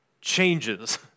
changes